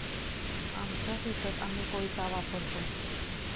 आमच्या शेतात आम्ही कोयता वापरतो